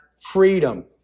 freedom